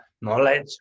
knowledge